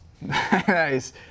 Nice